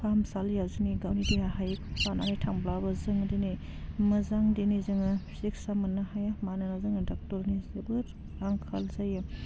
फाहामसालियाव जोंनि गावनि देहा हायैखौ लानानै थांब्लाबो जोङो दिनै मोजां दिनै जोङो चिकित्सा मोननो हाया मानोना जोङो डाक्टरनि जोबोर आंखाल जायो